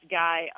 guy